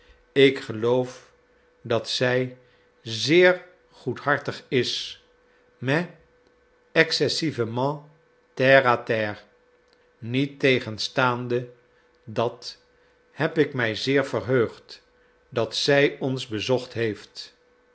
ik geloof dat zij zeer goedhartig is mais excessivement terre à terre niettegenstaande dat heb ik mij zeer verheugd dat zij ons bezocht heeft